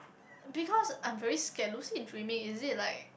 because I'm very scared lucid dreaming is it like